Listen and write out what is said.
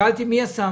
שאלתי: מי השר?